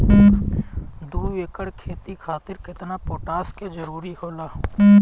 दु एकड़ खेती खातिर केतना पोटाश के जरूरी होला?